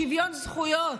שוויון זכויות.